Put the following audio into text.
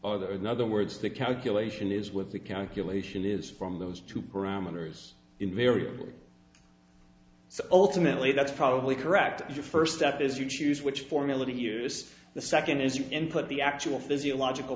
or other in other words the calculation is with the calculation is from those two parameters invariably so ultimately that's probably correct your first step is you choose which formula to use the second is your input the actual physiological